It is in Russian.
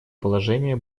положение